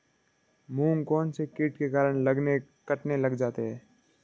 मूंग कौनसे कीट के कारण कटने लग जाते हैं?